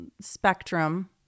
spectrum